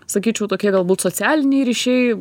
sakyčiau tokie galbūt socialiniai ryšiai